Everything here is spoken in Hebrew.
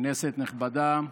כנסת נכבדה,